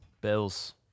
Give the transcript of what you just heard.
Bills